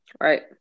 Right